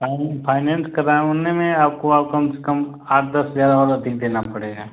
finance finance कराने में आपको और कम से कम आठ दस हज़ार और अधिक देना पड़ेगा